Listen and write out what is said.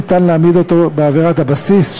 אפשר להעמיד אותו לדין בעבירת הבסיס,